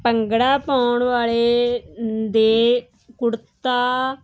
ਭੰਗੜਾ ਪਾਉਣ ਵਾਲੇ ਦੇ ਕੁੜਤਾ